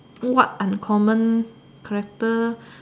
what uncommon characteristic